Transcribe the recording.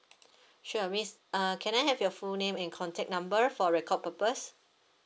sure miss uh can I have your full name and contact number for record purpose